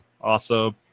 Awesome